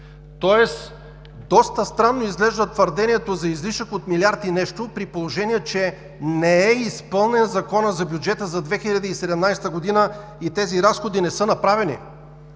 Доста странно изглежда твърдението за излишък от милиард и нещо, при положение че не е изпълнен Законът за бюджета за 2017 г. и тези разходи не са направени,